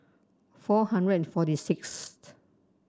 four hundred and forty sixth